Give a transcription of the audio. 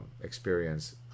experience